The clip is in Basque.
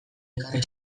ekarri